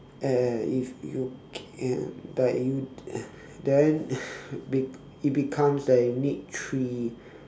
and if you can like you then be it becomes the unique three